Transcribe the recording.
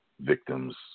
victims